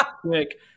quick